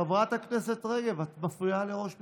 חברת הכנסת רגב, את מפריעה לראש מפלגתך.